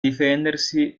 difendersi